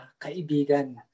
kaibigan